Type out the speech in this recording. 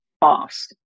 boss